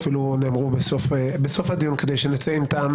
אפילו נאמרו בסוף הדיון כדי שנצא עם טעם